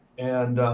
and